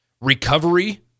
recovery